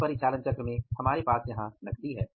इस परिचालन चक्र में हमारे पास यहाँ नकदी है